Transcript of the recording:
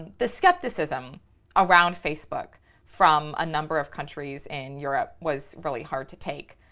the skepticism around facebook from a number of countries in europe was really hard to take.